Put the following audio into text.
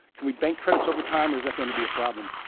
can we bank credits over time or is that going to be a problem.